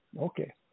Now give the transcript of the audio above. Okay